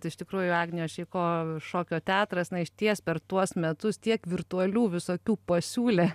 tai iš tikrųjų agnijos šeiko šokio teatras na išties per tuos metus tiek virtualių visokių pasiūlė